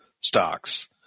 stocks